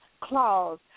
clause